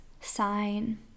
sign